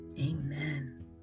Amen